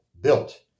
built